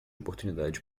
oportunidade